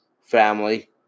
family